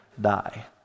die